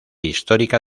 histórica